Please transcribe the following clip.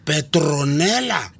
Petronella